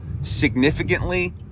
significantly